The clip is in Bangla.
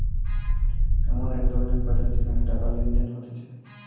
এমন এক ধরণের বাজার যেখানে টাকা লেনদেন হতিছে